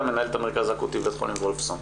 מנהלת המרכז האקוטי בבית החולים וולפסון.